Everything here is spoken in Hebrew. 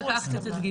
בשביל לקחת את הדגימה?